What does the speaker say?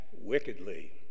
wickedly